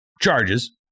charges